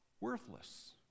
worthless